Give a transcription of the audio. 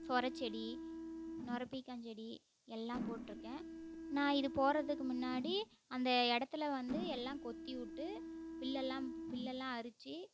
சொரச்செடி நொரப்பீக்காஞ்செடி எல்லாம் போட்டுருக்கேன் நான் இது போடுறதுக்கு முன்னாடி அந்த இடத்துல வந்து எல்லாம் கொத்தி விட்டு பில்லுல்லாம் பில்லுல்லாம் அரிச்சு